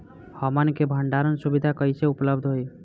हमन के भंडारण सुविधा कइसे उपलब्ध होई?